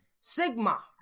Sigma